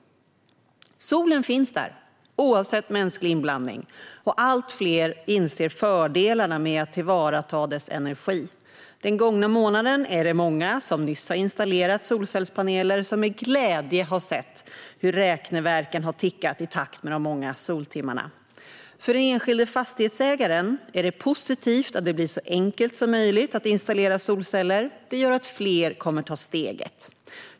Solen finns där, oavsett mänsklig inblandning, och allt fler inser fördelarna med att tillvarata dess energi. Den gångna månaden är det många som nyss har installerat solcellspaneler som med glädje har sett hur räkneverken tickat i takt med de många soltimmarna. För den enskilde fastighetsägaren är det positivt att det blir så enkelt som möjligt att installera solceller. Det gör att fler kommer att ta steget.